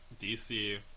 DC